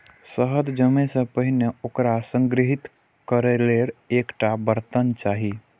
शहद जमै सं पहिने ओकरा संग्रहीत करै लेल एकटा बर्तन चाही